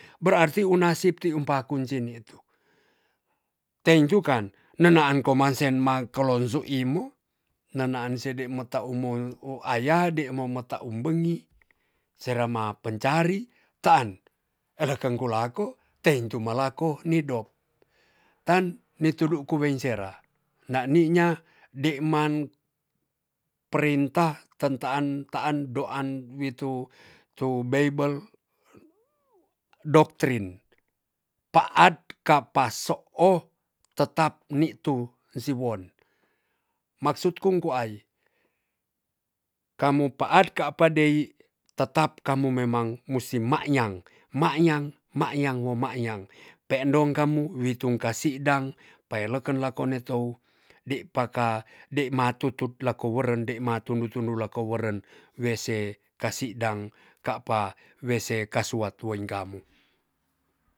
Berati un nasib ti um pakun si nitu teintu kan nenaan koman se ma kolonsu imu nenaan sede meta umo u aya deimo meta um bengi sera ma pencari taan eleken ku lako teintu ma lako nidok tan ni tudu ku wein sera nani nya deman perinta tentaan taan doan witu tu beibel doktrin paat kapa soo tetap nitu siwon maksud kung kuai kamu paat kapa dei tetap kamu memang musi mayang mayang mayang wo mayang peendong kamu witung kasi dang pa eleken lako ne tou dei paka dei ma tutut lako weren dei ma tundu tundu lako weren wese kasi dang kapa wese ka suatu weing kamu.